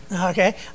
Okay